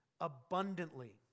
abundantly